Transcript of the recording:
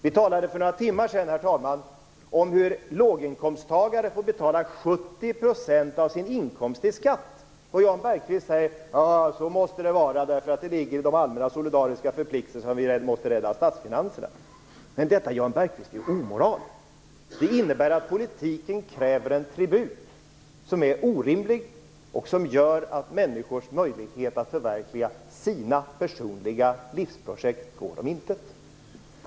Vi talade för några timmar sedan, herr talman, om hur låginkomsttagare får betala Jan Bergqvist säger att det måste vara så därför att det ligger i de allmänna solidariska förpliktelserna, och vi måste rädda statsfinanserna. Men detta, Jan Bergqvist, är omoral. Det innebär att politiken kräver en tribut som är orimlig och som gör att människors möjlighet att förverkliga sina personliga livsprojekt går om intet.